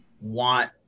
want